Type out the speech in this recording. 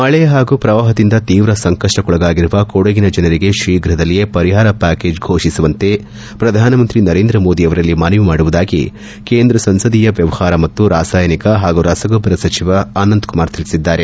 ಮಳೆ ಹಾಗೂ ಪ್ರವಾಹದಿಂದ ತೀವ್ರ ಸಂಕಷ್ಷಕೊಳಗಾಗಿರುವ ಕೊಡಗಿನ ಜನರಿಗೆ ತೀಪ್ರದಲ್ಲಿಯೇ ಪರಿಹಾರ ಪ್ಯಾಕೇಜ್ ಫೋಷಿಸುವಂತೆ ಪ್ರಧಾನಮಂತ್ರಿ ನರೇಂದ್ರಮೋದಿ ಅವರಲ್ಲಿ ಮನವಿ ಮಾಡುವುದಾಗಿ ಕೇಂದ್ರ ಸಂಸದೀಯ ವ್ಯವಹಾರ ಮತ್ತು ರಾಸಾಯನಿಕ ಹಾಗೂ ರಸಗೊಬ್ಬರ ಸಚಿವ ಅನಂತ್ ಕುಮಾರ್ ತಿಳಿಸಿದ್ದಾರೆ